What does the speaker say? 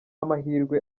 amahirwe